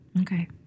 Okay